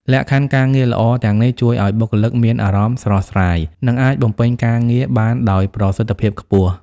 លក្ខខណ្ឌការងារល្អទាំងនេះជួយឲ្យបុគ្គលិកមានអារម្មណ៍ស្រស់ស្រាយ និងអាចបំពេញការងារបានដោយប្រសិទ្ធភាពខ្ពស់។